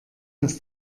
aus